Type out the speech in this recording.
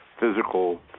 physical